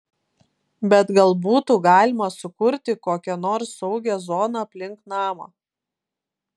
bet gal būtų galima sukurti kokią nors saugią zoną aplink namą